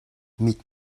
mit